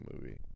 movie